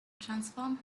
transform